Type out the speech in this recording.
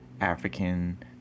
African